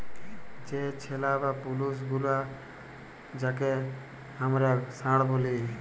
যে ছেলা বা পুরুষ গরু যাঁকে হামরা ষাঁড় ব্যলি